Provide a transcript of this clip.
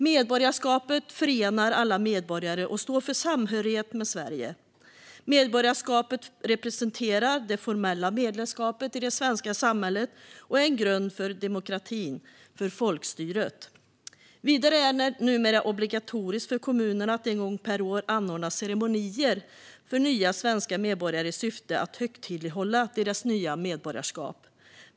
Medborgarskapet förenar alla medborgare och står för samhörighet med Sverige. Medborgarskapet representerar det formella medlemskapet i det svenska samhället och är en grund för demokratin, för folkstyret. Vidare är det numera obligatoriskt för kommunerna att en gång per år anordna ceremonier för nya svenska medborgare i syfte att högtidlighålla deras nya medborgarskap.